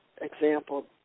example